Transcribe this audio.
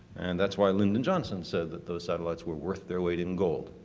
and that's why lyndon johnson said that those satellites were worth their weight in gold.